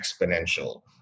exponential